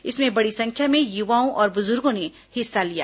इसमें बड़ी संख्या में युवाओं और बुजुर्गो ने हिस्सा लिया